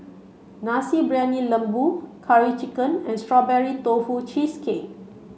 Nasi Briyani Lembu curry chicken and strawberry tofu cheesecake